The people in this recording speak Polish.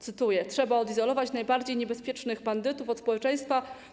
Cytuję: Trzeba odizolować najbardziej niebezpiecznych bandytów od społeczeństwa.